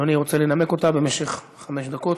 אדוני ינמק אותה במשך שלוש דקות.